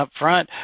upfront